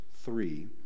three